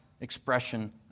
expression